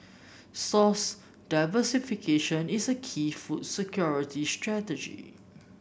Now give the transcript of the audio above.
source diversification is a key food security strategy